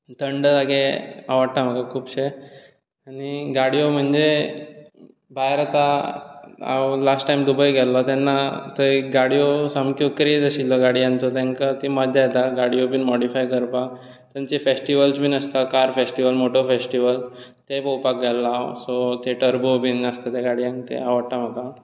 थंड जागे आवडटा म्हाका खुबशे आनी गाडयो म्हणजें भायर आतां हांव लास्ट टायम दुबय गेल्लों तेन्ना थंय गाडयो सामक्यो क्रेज आशिल्लो गाडयांचो तांकां ती मज्जा येता गाडयो बी मोडीफाय करपाक तांचे फेस्टीवल बी आसता कार फेस्टीवल मोटर फेस्टीवल तें पळोवपाक गेल्लो हांव सो थियेटर बोर्ड बी आसता गाडयांक तें आवडटा म्हाका